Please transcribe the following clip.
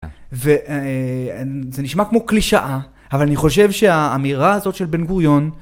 וזה נשמע כמו קלישאה אבל אני חושב שהאמירה הזאת של בן גוריון